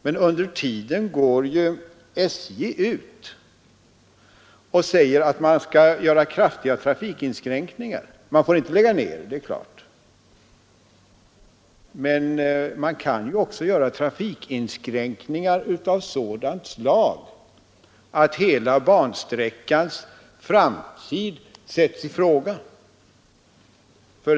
Men under tiden går SJ ut och säger att man skall göra kraftiga trafikinskränkningar. Man får inte lägga ned järnvägslinjer, men trafikinskränkningarna kan vara av sådant slag att hela bansträckans framtid sätts i fråga.